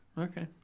Okay